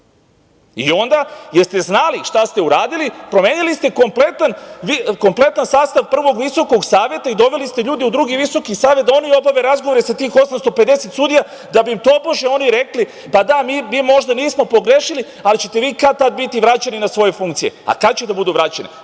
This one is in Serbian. I onda jel ste znali šta ste uradili, promenili ste kompletan sastav prvog Visokog saveta sudstva i doveli ste ljude u drugi Visoki savet da oni obave razgovore sa tih 850 sudija da bi tobože oni rekli - da, mi možda nismo pogrešili, ali će ti vi kad tad biti vraćeni na svoje funkcije, a kada će da budu vraćene,